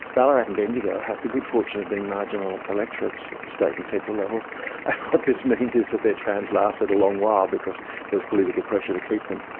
ballarat and bendigo had the good fortune of being marginal electorates electorates at state and federal levels, and what this means is that their trams lasted a long while, because there was political pressure to keep them.